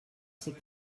ces